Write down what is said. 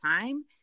time